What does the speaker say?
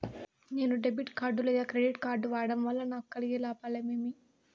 నేను debit card లేదా credit card వాడడం వల్ల నాకు కలిగే లాభాలు ఏమేమీ?